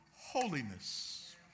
holiness